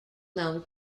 known